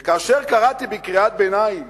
וכאשר קראתי בקריאת ביניים